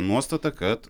nuostata kad